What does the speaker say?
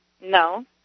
No